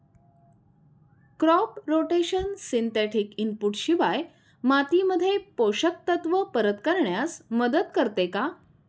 Crop rotation synthetic input शिवाय मातीमध्ये पोषक तत्त्व परत करण्यास मदत करते का?